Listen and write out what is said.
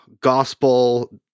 gospel